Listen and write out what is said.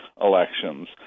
elections